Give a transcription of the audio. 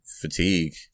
fatigue